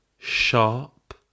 sharp